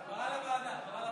רגע.